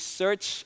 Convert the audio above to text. search